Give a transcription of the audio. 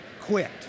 quit